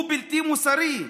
הוא בלתי מוסרי,